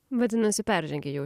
vadinasi peržengei jau